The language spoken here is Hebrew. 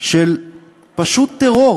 של פשוט טרור